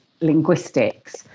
linguistics